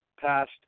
past